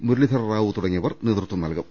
മുരളീധര റാവു തുടങ്ങിയ വർ നേതൃത്വം നൽകും